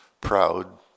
proud